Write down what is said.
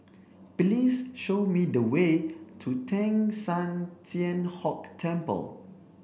please show me the way to Teng San Tian Hock Temple